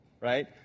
right